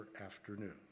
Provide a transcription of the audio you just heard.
afternoon